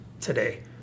today